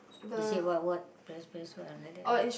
they say what what press press what like that lah